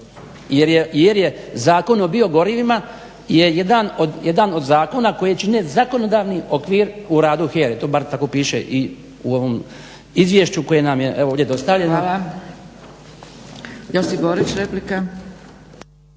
jer je zakon o bio gorivima je jedan od zakona koji čine zakonodavni okvir u radu HERA-e. To bar tako piše i u ovom izvješću koje nam je evo ovdje dostavljeno. **Zgrebec, Dragica